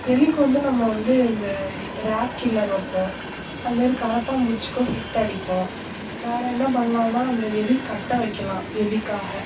எலிக்கு வந்து நம்ம வந்து இந்த ரேட் கில்லர் வைப்போம் அது மேரி கரப்பான்பூச்சிக்கும் ஹிட் அடிப்போம் வேற என்ன பண்லாம்னா அந்த எலி கட்டை வைக்கிலாம் எலிக்காக